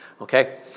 Okay